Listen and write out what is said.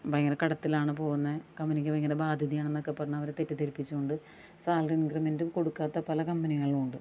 ഭയങ്കര കടത്തിലാണ് പോവുന്നത് കമ്പനിക്ക് ഭയങ്കര ബാധ്യതയാണെന്നൊക്കെ പറഞ്ഞ് അവരെ തെറ്റിദ്ധരിപ്പിച്ച് കൊണ്ട് സാലറി ഇങ്ക്രിമെന്റ് കൊടുക്കാത്ത പല കമ്പനികളുമുണ്ട്